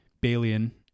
Balian